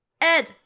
Ed